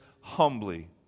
humbly